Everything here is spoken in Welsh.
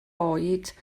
oed